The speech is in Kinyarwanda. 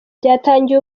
byatangiye